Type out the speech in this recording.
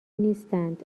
نیستند